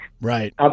Right